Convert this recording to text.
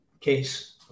case